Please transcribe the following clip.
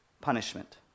punishment